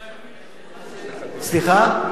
השאלה, סליחה?